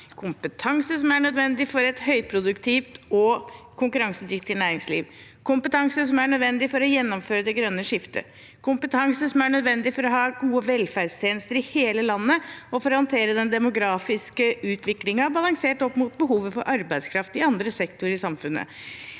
kompetanse som er nødvendig for et høyproduktivt og konkurransedyktig næringsliv – kompetanse som er nødvendig for å gjennomføre det grønne skiftet – kompetanse som er nødvendig for å ha gode velferdstjenester i hele landet og for å håndtere den demografiske utviklingen, balansert opp mot behovet for arbeidskraft i andre sektorer i samfunnet